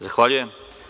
Zahvaljujem.